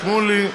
שמולי,